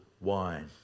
wine